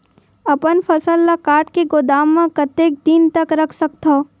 अपन फसल ल काट के गोदाम म कतेक दिन तक रख सकथव?